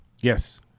Yes